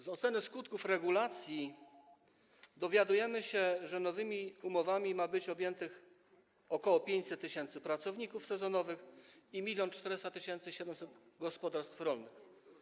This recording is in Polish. Z oceny skutków regulacji dowiadujemy się, że nowymi umowami ma być objętych ok. 500 tys. pracowników sezonowych i 1 400 700 gospodarstw rolnych.